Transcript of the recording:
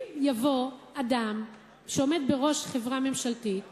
אם יבוא אדם שעומד בראש חברה ממשלתית ויאמר: